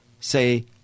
say